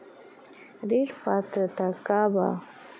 ऋण पात्रता का बा?